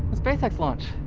space x launch.